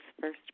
first